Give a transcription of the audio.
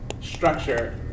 structure